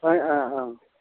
হয় অঁ অঁ